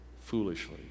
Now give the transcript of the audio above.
foolishly